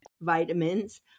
vitamins